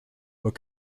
were